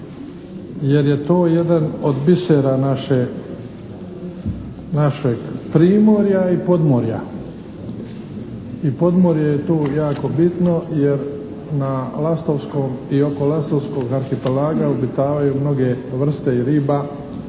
jer je to jedan od bisera našeg primorja i podmorja i podmorje je tu jako bitno jer na lastovskom i oko lastovskog arhipelaga obitavaju mnoge vrste riba,